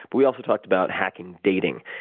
but we also talked about hacking dating,